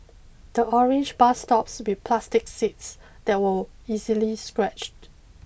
the orange bus stops with plastic seats that were easily scratched